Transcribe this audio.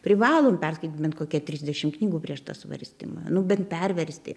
privalom perskaityt ben kokia trisdešim knygų prieš tą svarstymą nu bent perversti